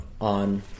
on